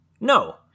No